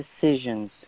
decisions